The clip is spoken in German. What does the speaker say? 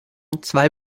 zwei